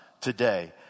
today